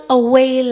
away